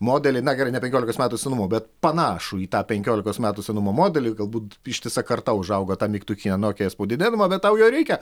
modelį na gerai ne penkiolikos metų senumo bet panašų į tą penkiolikos metų senumo modelį galbūt ištisa karta užaugo tą mygtukinę nokiją spaudinėdama bet tau jo reikia